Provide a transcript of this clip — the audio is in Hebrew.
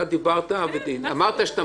אתה דיברת ואמרת שאתה